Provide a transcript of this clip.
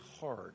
hard